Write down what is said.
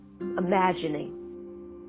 imagining